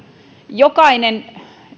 jokainen